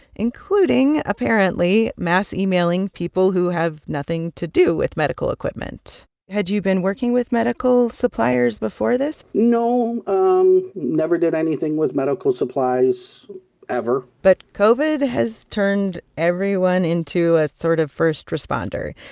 including, apparently, mass emailing people who have nothing to do with medical equipment had you been working with medical suppliers before this? no, um never did anything with medical supplies ever but covid has turned everyone into a sort of first responder,